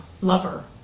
lover